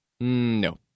No